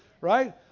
right